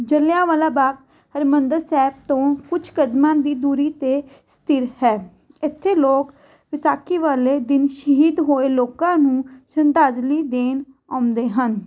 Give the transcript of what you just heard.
ਜਲਿਆਂਵਾਲਾ ਬਾਗ ਹਰਿਮੰਦਰ ਸਾਹਿਬ ਤੋਂ ਕੁਛ ਕਦਮਾਂ ਦੀ ਦੂਰੀ 'ਤੇ ਸਥਿਤ ਹੈ ਇੱਥੇ ਲੋਕ ਵਿਸਾਖੀ ਵਾਲੇ ਦਿਨ ਸ਼ਹੀਦ ਹੋਏ ਲੋਕਾਂ ਨੂੰ ਸ਼ਰਧਾਂਜਲੀ ਦੇਣ ਆਉਂਦੇ ਹਨ